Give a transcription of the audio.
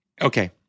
Okay